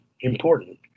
important